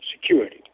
security